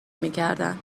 میکردند